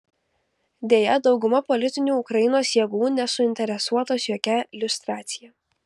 deja dauguma politinių ukrainos jėgų nesuinteresuotos jokia liustracija